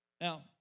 Now